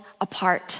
apart